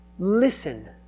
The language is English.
Listen